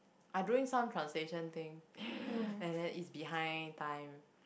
I doing some translation thing and then it's behind time